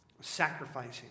sacrificing